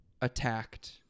attacked